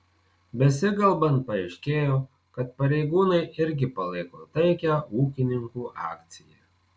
besikalbant paaiškėjo kad pareigūnai irgi palaiko taikią ūkininkų akciją